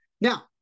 Now